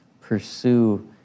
pursue